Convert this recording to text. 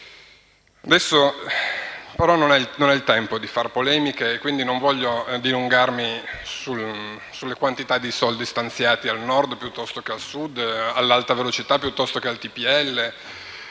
Ora non è tempo di fare polemiche e quindi non voglio dilungarmi sulla quantità di soldi stanziati al Nord piuttosto che al Sud o per l'alta velocità piuttosto che per